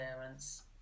parents